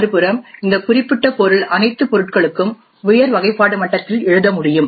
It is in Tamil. மறுபுறம் இந்த குறிப்பிட்ட பொருள் அனைத்து பொருட்களுக்கும் உயர் வகைப்பாடு மட்டத்தில் எழுத முடியும்